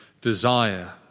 desire